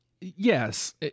yes